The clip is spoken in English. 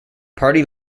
party